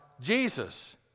Jesus